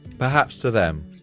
perhaps to them,